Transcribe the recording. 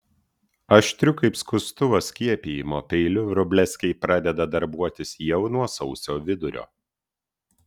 aštriu kaip skustuvas skiepijimo peiliu vrublevskiai pradeda darbuotis jau nuo sausio vidurio